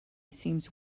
seems